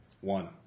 One